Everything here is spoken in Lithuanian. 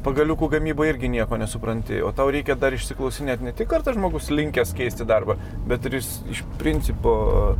pagaliukų gamyboj irgi nieko nesupranti o tau reikia dar išsiklausinėt ne tik ar tas žmogus linkęs keisti darbą bet ar jis iš principo